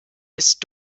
ist